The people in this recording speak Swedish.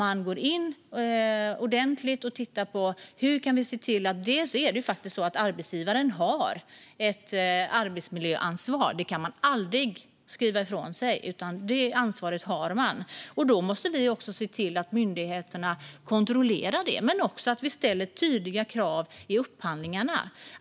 Man går in ordentligt och tittar på detta. Arbetsgivaren har ett arbetsmiljöansvar. Det kan man aldrig friskriva sig från. Det ansvaret har man. Då måste vi se till att myndigheterna kontrollerar det men också att vi ställer tydliga krav i upphandlingarna.